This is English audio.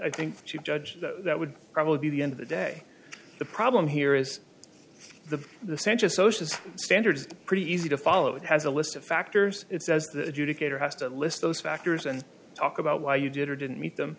i think she judged that that would probably be the end of the day the problem here is the sense of social standards pretty easy to follow it has a list of factors it says the educator has to list those factors and talk about why you did or didn't meet them